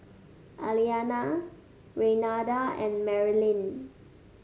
Aliana Renada and Marylin